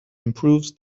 improves